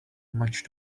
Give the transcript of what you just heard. much